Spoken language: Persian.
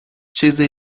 چیزی